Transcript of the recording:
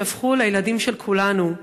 שהפכו לילדים של כולנו.